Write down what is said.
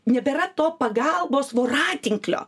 nebėra to pagalbos voratinklio